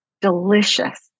delicious